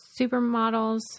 Supermodels